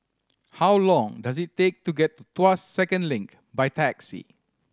how long does it take to get to Tuas Second Link by taxi